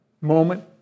Moment